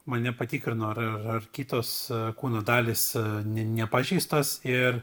mane patikrino ar ar ar kitos kūno dalys ne nepažeistos ir